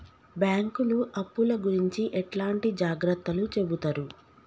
బ్యాంకులు అప్పుల గురించి ఎట్లాంటి జాగ్రత్తలు చెబుతరు?